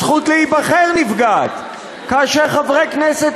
הזכות להיבחר נפגעת כאשר חברי כנסת